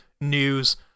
news